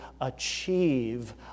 achieve